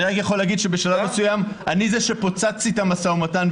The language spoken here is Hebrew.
אני רק יכול להגיד שבשלב מסוים אני זה שפוצצתי את המשא ומתן,